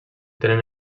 tenen